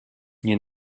nie